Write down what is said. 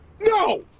No